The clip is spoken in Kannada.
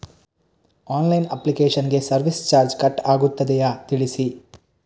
ಆನ್ಲೈನ್ ಅಪ್ಲಿಕೇಶನ್ ಗೆ ಸರ್ವಿಸ್ ಚಾರ್ಜ್ ಕಟ್ ಆಗುತ್ತದೆಯಾ ತಿಳಿಸಿ?